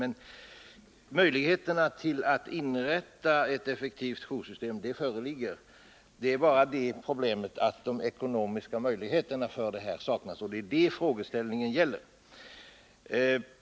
Men möjligheterna att inrätta ett effektivt joursystem föreligger redan. Det är bara så, att de ekonomiska möjligheterna att inrätta ett sådant system saknas, och det är det som frågeställningen gäller.